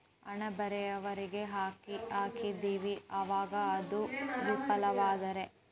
ಹಣ ಬೇರೆಯವರಿಗೆ ಹಾಕಿದಿವಿ ಅವಾಗ ಅದು ವಿಫಲವಾದರೆ?